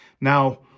Now